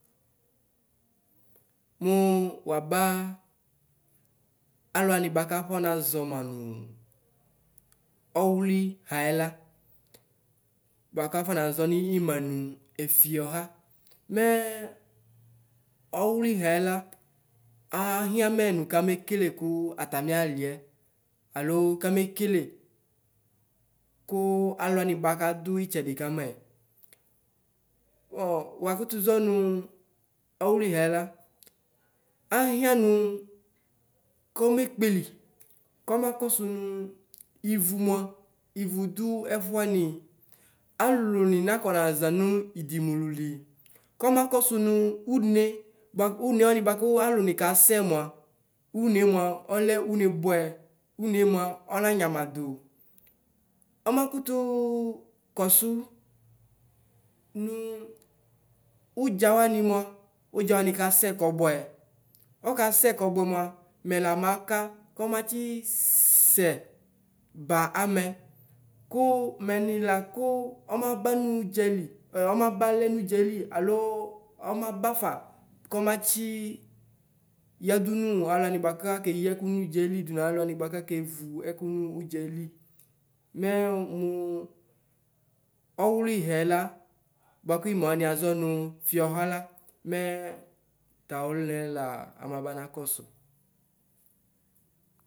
Mʋ waba alʋ wanɩ bʋakafɔ nazɔ manʋ ɔwlɩ hayɛla bʋakafɔ nazɔ nʋ imanʋ efiɔxa mɛ ɔwlihɛ la axiamɛ nʋ kamekele kʋaatami alɩɛ alo kamekele kʋ alʋ wanɩ bʋa kʋ adʋ itsedi kamɛ. Bɔ wakʋtʋ zɔnʋ ɔwlihɛla axia no kɔme kpeli koma kosʋ nʋ ivʋ dʋ ɛfuɛni alʋlʋ nɩ nakɔnaza nʋ idi mʋlʋli kɔmakɔsʋ nʋ ʋne ʋne wanɩ bʋakʋ alʋni kasɛ mʋa une mʋa ɔlɛ ʋne bʋɛ ʋne mʋa ɔnanyama dʋ ɔma kʋt kɔsu no ʋdza wanɩ mʋa wanɩ kasɛ kɔbʋɛ ɔkasɛ kɔbʋɛ mʋa mɛla maka kɔmatsisɛ ba amɛ ko wɛni lakʋ ɔmabanʋ ɔdzali ɔmabalɛ nʋ ʋdzɛli alo ɔmabafa kɔmatsi yadʋ no ɔdzɛli alʋayi akeyi ɛkʋ nʋ ɔdzɛli dʋmʋ alʋ wani akevʋ ɛkʋ no ɔdzɛli mɛ mi ɔwlihɛla bʋakʋ ima wani azɔ nʋ fiɔxala mɛ tayɔlʋnɛ la amabʋnkɔ sʋ.